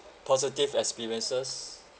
positive experiences